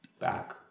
back